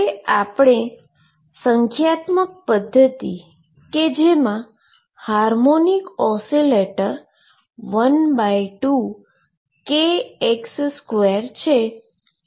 જે આપણા અભ્યાસ માટે સંખ્યાત્મક પધ્ધતિ કે જેમાં હાર્મોનીક ઓસ્સિલેટર 12kx2 છે